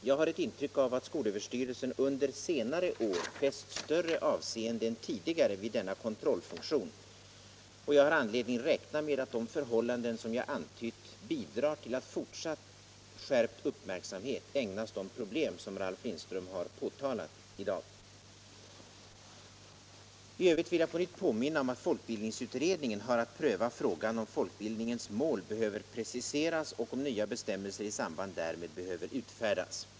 Jag har ett intryck av att skolöverstyrelsen under senare år fäst större avseende än tidigare vid denna kontrollfunktion, och jag har anledning räkna med att de förhållanden som jag antytt bidrar till att fortsatt skärpt uppmärksamhet ägnas de problem som Ralf Lindström påtalat i dag. I övrigt vill jag på nytt betona att folkbildningsutredningen har att pröva om folkbildningens mål behöver preciseras och om nya bestämmelser i samband därmed behöver utfärdas.